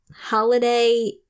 holiday